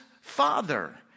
father